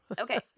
okay